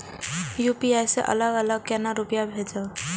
UPI से अलग अलग केना रुपया भेजब